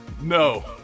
No